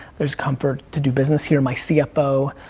there's comfort to do business here. my cfo